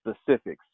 specifics